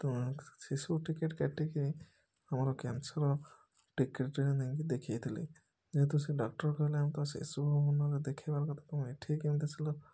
ତେଣୁ ଶେଷକୁ ଟିକେଟ୍ କାଟିକରି ଆମର କ୍ୟାନସଲ୍ ଟିକେଟ୍ ନେଇକି ଦେଖେଇଥିଲି ଯେହେତୁ ଡକ୍ଟର କହିଲା ଆମକୁ ଶିଶୁଭବନରେ ଦେଖେଇବାର କଥା ତୁମେ ଏଠିକି କେମିତି ଆସିଲ